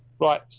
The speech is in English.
Right